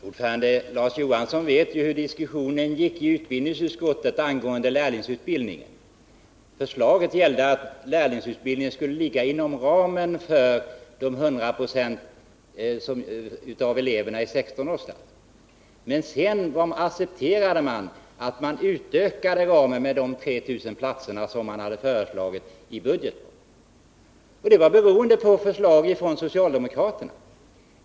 Fru talman! Larz Johansson vet hur diskussionen gick i utbildningsutskottet angående lärlingsutbildningen. Förslaget gällde att lärlingsutbildningen skulle ligga inom ramen för 100 96 av eleverna i 16-årsåldern. Sedan accepterade man att ramen utökades med de 3 000 platser som föreslagits i budgeten. Det berodde på förslag från socialdemokraterna.